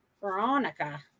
Veronica